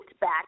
back